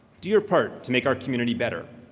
do your part to make our community better.